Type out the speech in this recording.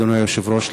אדוני היושב-ראש,